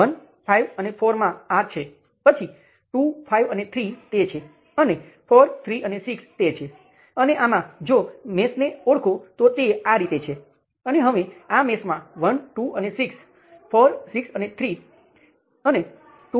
તેથી જો તમે મેશ 1 અને 2 અને મેશ 3 ને ભેગા કરીને સુપર મેશ બનાવો છો તો હંમેશની જેમ કોઈ ફેરફાર થતો નથી